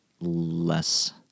less